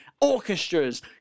Orchestras